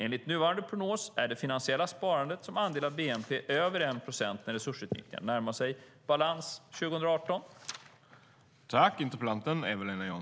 Enligt nuvarande prognos är det finansiella sparandet som andel av bnp över 1 procent när resursutnyttjandet närmar sig balans år 2018.